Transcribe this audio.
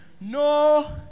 no